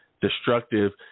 destructive